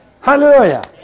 Hallelujah